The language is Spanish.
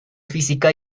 física